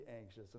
anxious